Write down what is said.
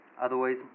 otherwise